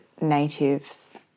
natives